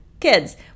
kids